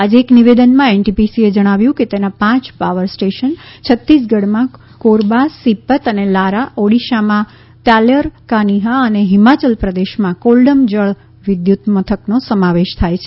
આજે એક નિવેદનમાં એનટીપીસીએ જણાવ્યું છે કે તેના પાંચ પાવર સ્ટેશન છત્તીસગઢનાં કોરબા સિપત અને લારા ઓડિશામાં તાલ્ચરકાનીહા અને હિમાચલ પ્રદેશના કોલ્ડમ જળ વિદ્યુત મથકનો સમાવેશ થાય છે